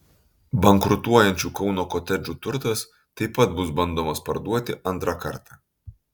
bankrutuojančių kauno kotedžų turtas taip pat bus bandomas parduoti antrą kartą